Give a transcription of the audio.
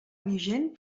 vigent